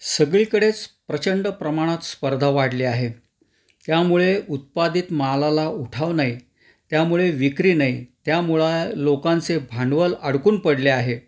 सगळीकडेच प्रचंड प्रमाणात स्पर्धा वाढले आहे त्यामुळे उत्पादित मालाला उठाव नाई त्यामुळे विक्री नाई त्यामुळ लोकांचे भांडवल अडकून पडले आहे